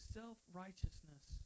self-righteousness